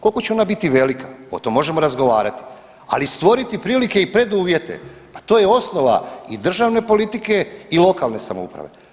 Koliko će ona biti velika o tome možemo razgovarati, ali stvoriti prilike i preduvjete pa to je osnova i državne politike i lokalne samouprave.